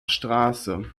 straße